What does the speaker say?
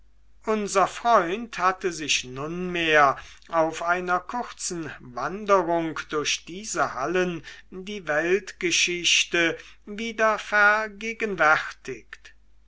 unser freund hatte sich nunmehr auf einer kurzen wanderung durch diese hallen die weltgeschichte wieder vergegenwärtigt